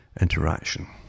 interaction